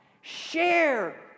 Share